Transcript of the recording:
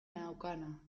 naukana